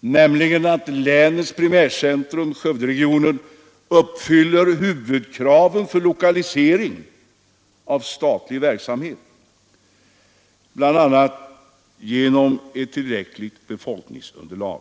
nämligen att länets primärcentrum — Skövderegionen — uppfyller huvudkraven för lokalisering av statlig verksamhet, bl.a. genom ett tillräckligt befolkningsunderlag.